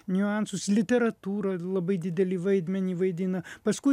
niuansus literatūra labai didelį vaidmenį vaidina paskui